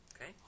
Okay